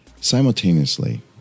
Simultaneously